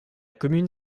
commune